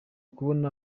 kubona